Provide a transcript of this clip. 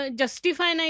justify